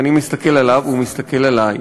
ואני מסתכל עליו והוא מסתכל עלי,